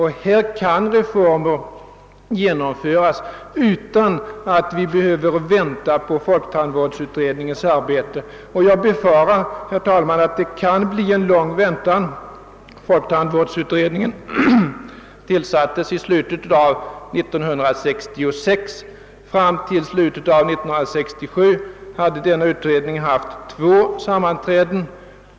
Här kan reformer genomföras utan att vi behöver vänta på folktandvårdsutredningens arbete — jag befarar, herr talman, att det kan bli en lång väntan. Folktandvårdsutredningen tillsattes i slutet av år 1966. Fram till slutet av år 1967 hade denna utredning haft två sammanträden.